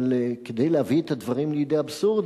אבל ההסתייגות נועדה להביא את הדברים לידי אבסורד,